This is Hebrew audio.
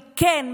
וכן,